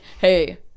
Hey